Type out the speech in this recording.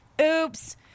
oops